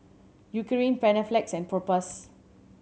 Eucerin Panaflex and Propass